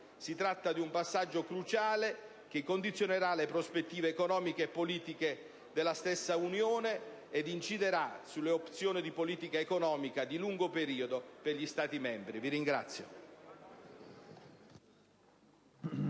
Si tratta di un passaggio cruciale, che condizionerà le prospettive economiche e politiche della stessa Unione e inciderà sulle opzioni di politica economica di lungo periodo per gli Stati membri.